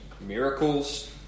Miracles